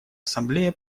ассамблея